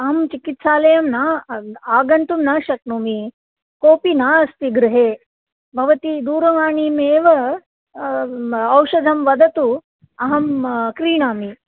अहं चिकित्सालयं न आग् आगन्तुं न शक्नोमि कोपि नास्ति गृहे भवती दूरवाणीमेव औषधं वदतु अहं क्रीणामि